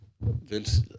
Vince